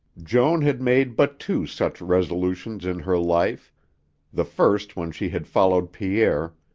joan had made but two such resolutions in her life the first when she had followed pierre,